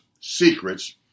secrets